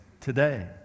today